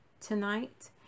tonight